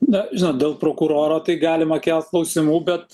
na žinot dėl prokuroro tai galima kelt klausimų bet